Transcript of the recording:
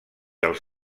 els